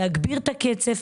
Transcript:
צריך להגביר את הקצב.